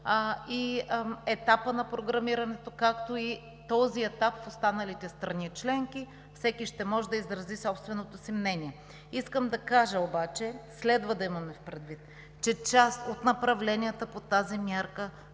и етапът на програмирането, както и този етап в останалите страни членки. Всеки ще може да изрази собственото си мнение. Искам да кажа обаче – следва да имаме предвид, че част от направленията по тази мярка